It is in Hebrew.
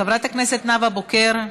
חברת הכנסת נאוה בוקר,